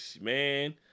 man